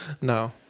No